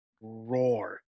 roar